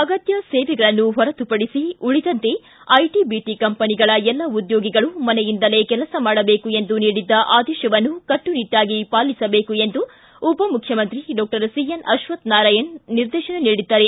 ಅಗತ್ಯ ಸೇವೆಗಳನ್ನು ಹೊರತುಪಡಿಸಿ ಉಳಿದಂತೆ ಐಟಿ ಬಿಟಿ ಕಂಪನಿಗಳ ಎಲ್ಲ ಉದ್ಯೋಗಿಗಳು ಮನೆಯಿಂದಲೇ ಕೆಲಸ ಮಾಡಬೇಕು ಎಂದು ನೀಡಿದ್ದ ಆದೇಶವನ್ನು ಕಟ್ಟುನಿಟ್ಟಾಗಿ ಪಾಲಿಸಬೇಕು ಎಂದು ಉಪಮುಖ್ಯಮಂತ್ರಿ ಡಾಕ್ಟರ್ ಅಶ್ವಥನಾರಾಯಣ ನಿರ್ದೇಶನ ನೀಡಿದ್ದಾರೆ